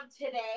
today